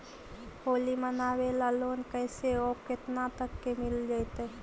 होली मनाबे ल लोन कैसे औ केतना तक के मिल जैतै?